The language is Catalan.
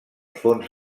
fons